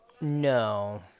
No